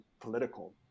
political